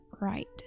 right